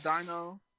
Dino